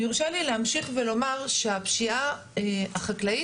אם יורשה לי להמשיך ולומר שהפשיעה החקלאית